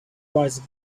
rise